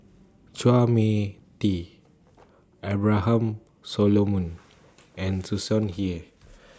Chua MI Tee Abraham Solomon and Tsung Hey